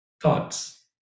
thoughts